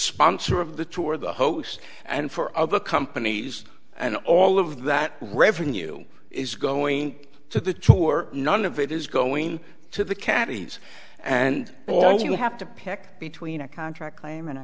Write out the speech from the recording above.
sponsor of the tour the host and for other companies and all of that revenue is going to the tour none of it is going to the caddies and all you have to pick between a contract claim an